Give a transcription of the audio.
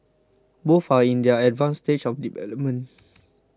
both are in their advanced stage of development